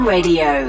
Radio